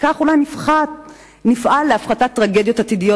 וכך נפעל להפחתת טרגדיות עתידיות,